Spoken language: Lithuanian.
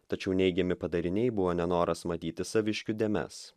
tačiau neigiami padariniai buvo nenoras matyti saviškių dėmes